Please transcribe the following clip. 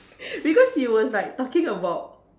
because you was like talking about